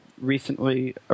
recently